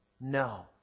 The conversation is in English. No